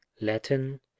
Latin